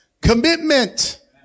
Commitment